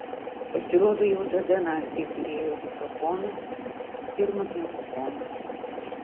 pasirodo jau tada naciai turėjo diktofonus ir magnetofonus